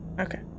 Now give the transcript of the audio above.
Okay